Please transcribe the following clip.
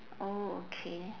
oh okay